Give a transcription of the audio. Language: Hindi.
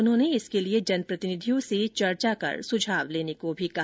उन्होंने इसके लिए जनप्रतिनिधियों से सुझाव लेने को कहा